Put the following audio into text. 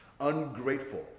ungrateful